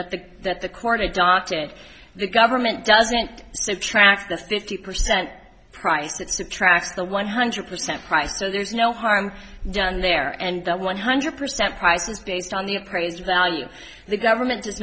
that the that the court adopted the government doesn't subtract the fifty percent price it subtracts the one hundred percent price so there's no harm done there and the one hundred percent price is based on the appraised value the government does